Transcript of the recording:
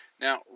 Now